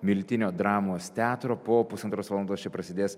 miltinio dramos teatro po pusantros valandos čia prasidės